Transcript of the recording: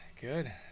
good